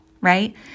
right